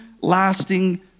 lasting